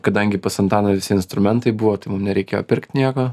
kadangi pas antaną visi instrumentai buvo tai mum nereikėjo pirkt nieko